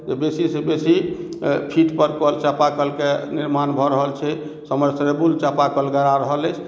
जे बेसी सऽ बेसी फीट पर कल चापा कल के निर्माण भऽ रहल छै समरसेबुल चापा कल गड़ा रहल अछि